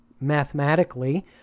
mathematically